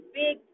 big